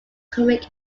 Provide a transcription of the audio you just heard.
comic